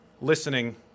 listening